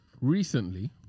Recently